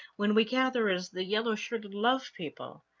when we gather as the yellow shirted love people